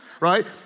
Right